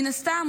מן הסתם,